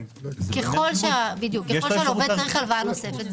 ככל שהלווה צריך הלוואה נוספת,